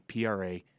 PRA